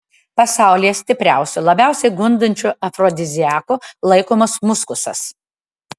pasaulyje stipriausiu labiausiai gundančiu afrodiziaku laikomas muskusas